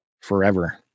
forever